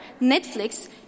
Netflix